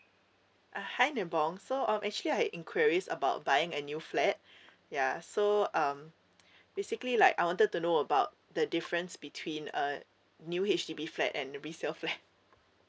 hi devon so um actually I have inquiries about buying a new flat ya so um basically like I wanted to know about the difference between a new H_D_B flat and a resale flat